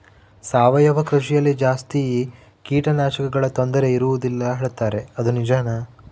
ಸಾವಯವ ಕೃಷಿಯಲ್ಲಿ ಜಾಸ್ತಿ ಕೇಟನಾಶಕಗಳ ತೊಂದರೆ ಇರುವದಿಲ್ಲ ಹೇಳುತ್ತಾರೆ ಅದು ನಿಜಾನಾ?